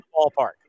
ballpark